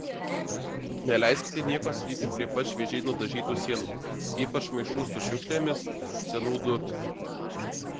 neleiskite nieko statyti prie pat šviežiai nudažytų sienų ypač maišų su šiukšlėmis senų durų